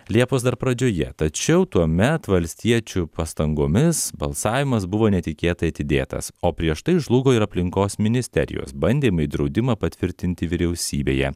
liepos dar pradžioje tačiau tuomet valstiečių pastangomis balsavimas buvo netikėtai atidėtas o prieš tai žlugo ir aplinkos ministerijos bandymai draudimą patvirtinti vyriausybėje